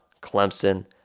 Clemson